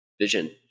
vision